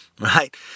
right